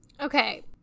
Okay